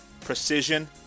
Precision